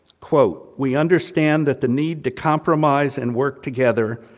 we understand that the need to compromise and work together,